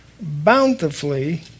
bountifully